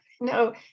No